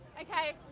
okay